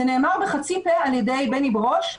זה נאמר בחצי פה על ידי בני ברוש,